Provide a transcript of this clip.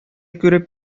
күреп